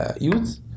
youth